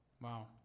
Wow